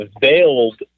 veiled